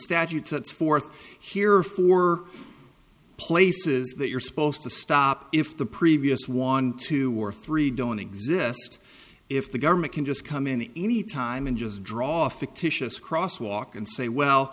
statute sets forth here for places that you're supposed to stop if the previous one two or three don't exist if the government can just come in any time and just draw fictitious cross walk and say well